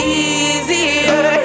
easier